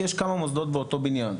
כי יש כמה מוסדות באותו הבניין.